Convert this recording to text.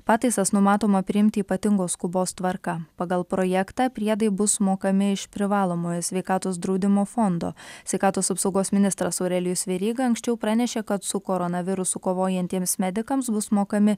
pataisas numatoma priimti ypatingos skubos tvarka pagal projektą priedai bus mokami iš privalomojo sveikatos draudimo fondo sveikatos apsaugos ministras aurelijus veryga anksčiau pranešė kad su koronavirusu kovojantiems medikams bus mokami